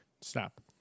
Stop